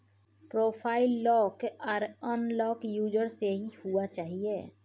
profile lock आर unlock user से ही हुआ चाहिए